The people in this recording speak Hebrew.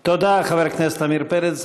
תודה, חבר הכנסת עמיר פרץ.